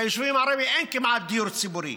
ביישובים הערביים אין כמעט דיור ציבורי.